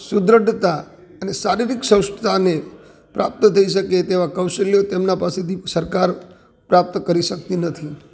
સુદૃઢતા અને શારીરિક સ્વચ્છતા ને પ્રાપ્ત થઈ શકે તેવા કૌશલ્યો તેમના પાસેથી સરકાર પ્રાપ્ત કરી શકતી નથી